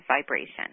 vibration